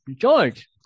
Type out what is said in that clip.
George